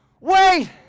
wait